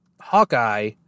Hawkeye